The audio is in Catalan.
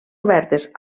obertes